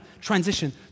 transition